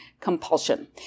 compulsion